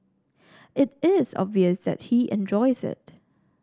it is obvious that he enjoys it